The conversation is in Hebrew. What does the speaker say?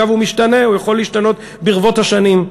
אגב, הוא משתנה, הוא יכול להשתנות ברבות השנים.